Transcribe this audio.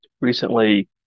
recently